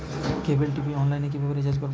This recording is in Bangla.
কেবল টি.ভি রিচার্জ অনলাইন এ কিভাবে করব?